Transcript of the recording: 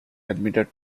admitted